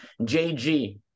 jg